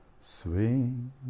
Swing